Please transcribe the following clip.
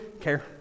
care